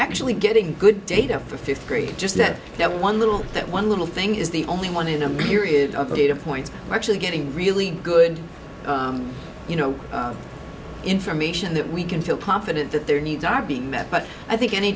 actually getting good data for fifth grade just that that one little that one little thing is the only one in a myriad of data points actually getting really good you know information that we can feel confident that their needs are being met but i think any